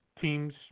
teams